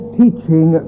teaching